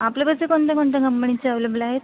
आपल्यापाशी कोणत्या कोणत्या कंपनीचे अवेलेबल आहेत